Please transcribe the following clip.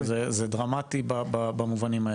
זה דרמטי במובנים האלה.